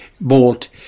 bolt